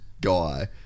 guy